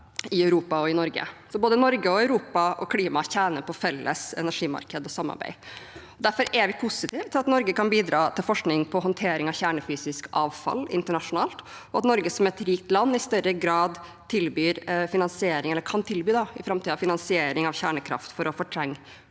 i Europa og i Norge. Både Norge og Europa og klimaet tjener på felles energimarked og samarbeid. Derfor er vi positive til at Norge kan bidra til forskning på håndtering av kjernefysisk avfall internasjonalt, og at Norge som et rikt land i større grad tilbyr, eller kan tilby i framtiden, finansiering av kjernekraft for å fortrenge